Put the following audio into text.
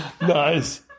Nice